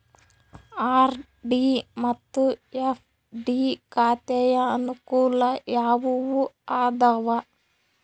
RD ಮತ್ತು FD ಖಾತೆಯ ಅನುಕೂಲ ಯಾವುವು ಅದಾವ?